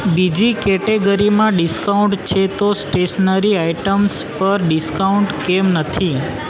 બીજી કેટેગરીમાં ડિસ્કાઉન્ટ છે તો સ્ટેશનરી આઈટમ્સ પર ડિસ્કાઉન્ટ કેમ નથી